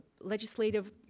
legislative